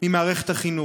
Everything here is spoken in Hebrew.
ממערכת החינוך.